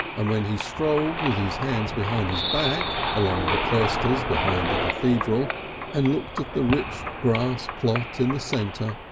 and when he strolled, with his hands behind his back, along the cloisters behind the cathedral and looked at the rich grass plot in the centre,